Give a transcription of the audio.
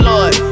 Lord